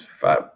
five